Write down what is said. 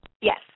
Yes